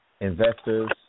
investors